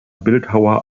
bildhauer